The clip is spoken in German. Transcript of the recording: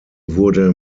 wurde